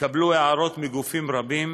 התקבלו הערות מגופים רבים,